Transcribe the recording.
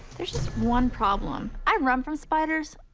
one problem i run from spiders.